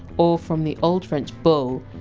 or from the old french! bole!